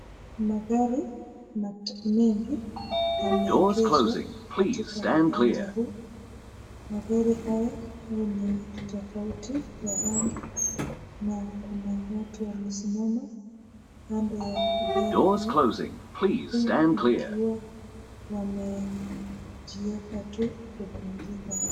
Magari mengi yameegezwa katika uwanja huu. Magari haya ni tofauti wa rangi na kuna watu wamesimama kando ya gari hii huku wakiwa wamejieka tu kupumzika.